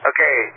Okay